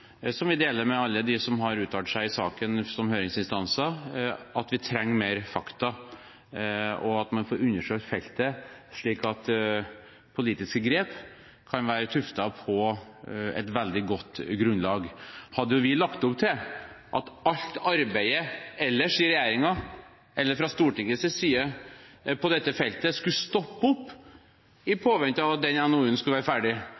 som vi deler med alle dem som har uttalt seg i saken som høringsinstanser – og trenger flere fakta, at man får undersøkt feltet, slik at politiske grep kan være tuftet på et veldig godt grunnlag. Hadde vi lagt opp til at alt arbeidet ellers i regjeringen eller fra Stortingets side på dette feltet skulle stoppe opp i påvente av at denne NOU-en skulle bli ferdig,